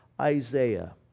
Isaiah